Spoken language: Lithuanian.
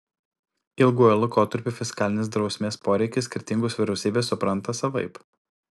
ilguoju laikotarpiu fiskalinės drausmės poreikį skirtingos vyriausybės supranta savaip